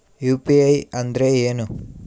UPI ಅಂದ್ರೆ ಏನು?